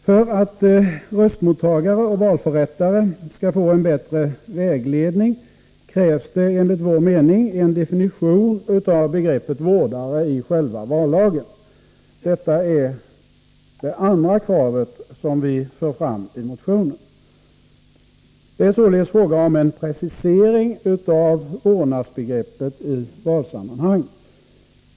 För att röstmottagare och valförrättare skall få en bättre vägledning krävs det enligt vår mening en definition av begreppet vårdare i själva vallagen. Detta är det andra krav som vi för fram i motionen. Det är således fråga om en precisering av vårdnadsbegreppet i valsammanhang.